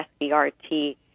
SBRT